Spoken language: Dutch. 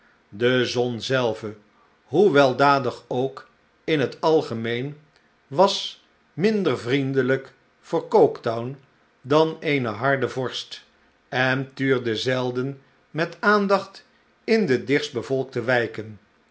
de zon zelve hoe weldadig ook in het algemeen was minder vriendelijk voor coketown dan eene harde vorst en tuurde zelden met aandacht in de dichtst bevolkte wijken